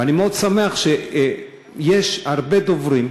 ואני מאוד שמח שיש הרבה דוברים,